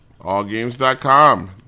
allgames.com